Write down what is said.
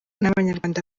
n’abanyarwanda